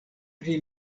pri